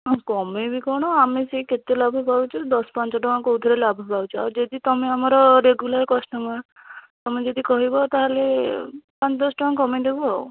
ଆଉ କମେଇବି କ'ଣ ଆମେ ସେଇ କେତେ ଲାଭ ପାଉଛୁ ଦଶ ପାଞ୍ଚ ଟଙ୍କା କେଉଁଥିରେ ଲାଭ ପାଉଛୁ ଆଉ ଯଦି ତମେ ଆମର ରେଗୁଲାର୍ କଷ୍ଟମର୍ ତମେ ଯଦି କହିବ ତା'ହେଲେ ପାଞ୍ଚ ଦଶ ଟଙ୍କା କମାଇଦେବୁ ଆଉ